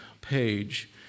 page